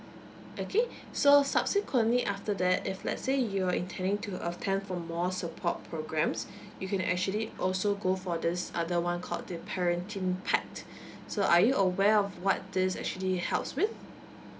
okay so subsequently after that if let's say you're intending to attend for more support programmes you can actually also go for this other one called the parenting PACT so are you aware of what this actually helps with